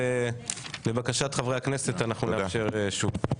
לבקשת חברי הכנסת נאפשר שוב.